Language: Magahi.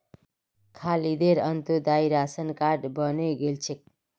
खालिदेर अंत्योदय राशन कार्ड बने गेल छेक